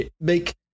make